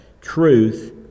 Truth